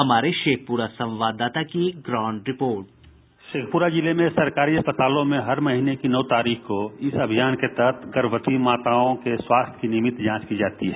हमारे शेखपुरा संवाददाता की ग्राउंड रिपोर्ट बाईट संवाददाता शेखपुरा जिले में सरकारी अस्पतालों में हर महीने की नौ तारीख को इस अभियान के तहत गर्भवती माताओं के स्वास्थ्य की नियमित जांच की जाती है